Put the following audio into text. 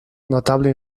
notable